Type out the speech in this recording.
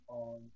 on